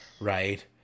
right